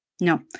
No